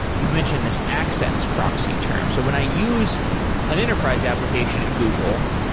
you've mentioned this access proxy term. so when i use an enterprise application at google,